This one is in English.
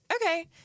Okay